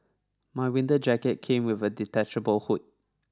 my winter jacket came with a detachable hood